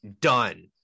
done